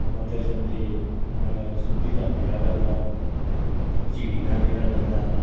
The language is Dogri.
मंदर जंदे महाराज सुद्दी दा मेला लगदा ते झिड़ी दा मेला लगदा